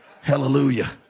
hallelujah